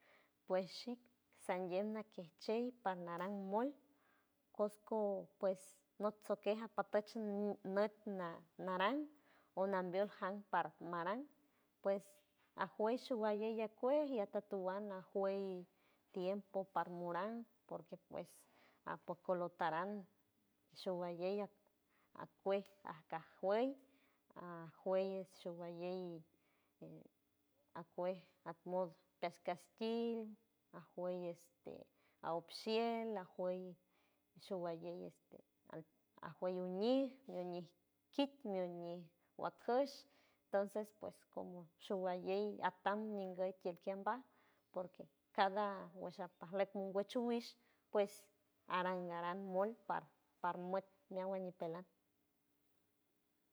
Pues shik sandiem makiej chey parnaran mol kues co pues not sokej apatoch nüt na- naran onambiol jan parmaran pues ajuech showalley akuej y atatuan ajuey tiempo parmuran porque pues a poco lo taran showalley akuej ajkaj juey ajuey showalley akuej at mod peas castil ajuey este a op shiel ajuey showalley este ajuey oñij, ñi oñij kit, ñi oñij wakesh, ntonces pues como showalley atam ninguey tiel kambaj porque cada wesh apajleck mongüech owish pues aran mol par- parmut meawan ñipelan.